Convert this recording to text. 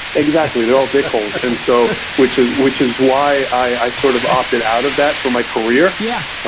exactly, they're all dick holes and so, which is which is why i sort of opted out of that for my career. yeah